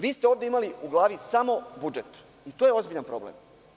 Vi ste ovde imali u glavi samo budžet i to je ozbiljan problem.